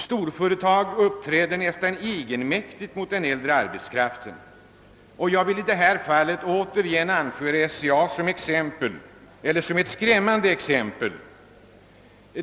Storföretag kan uppträda nästan egenmäktigt mot den äldre arbetskraften. Jag vill i detta fall anföra SCA:s handlande som ett skrämmande exempel.